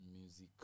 music